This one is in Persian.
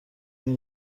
این